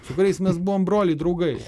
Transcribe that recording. su kuriais mes buvom broliai draugai